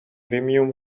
vimium